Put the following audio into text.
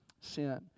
sin